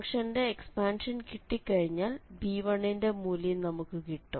ഫംഗ്ഷന്റെ എക്സ്പാൻഷൻ കിട്ടിക്കഴിഞ്ഞാൽ b1 ന്റെ മൂല്യം നമുക്ക് കിട്ടും